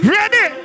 Ready